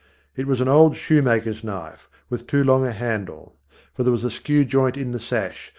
it was an old shoemaker's knife, with too long a handle for there was a skew-joint in the sash,